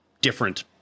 different